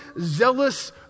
zealous